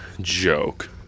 joke